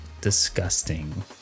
disgusting